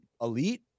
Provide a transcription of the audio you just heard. elite